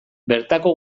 bertako